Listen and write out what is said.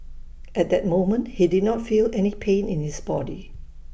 at that moment he did not feel any pain in his body